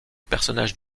personnage